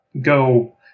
go